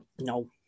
No